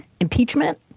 impeachment